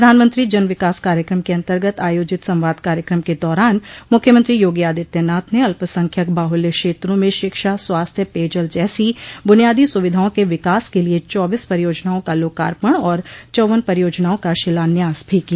प्रधानमंत्री जन विकास कार्यक्रम के अन्तर्गत आयोजित संवाद कार्यक्रम के दौरान मुख्यमंत्री योगी आदित्यनाथ ने अल्पसंख्यक बाहुल्य क्षेत्रों में शिक्षा स्वास्थ्य पेयजल जैसी बुनियादी सुविधाओं के विकास के लिये चौबीस परियोजनाओं का लोकार्पण और चौव्वन परियोजनाओं शिलान्यास भी किया